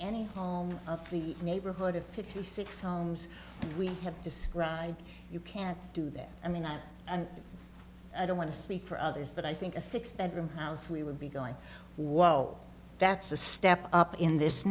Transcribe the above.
any home of the neighborhood of fifty six homes we have described you can't do that i mean i don't want to sleep for others but i think a six bedroom house we would be going whoa that's a step up in this